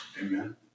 Amen